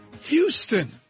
Houston